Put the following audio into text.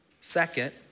Second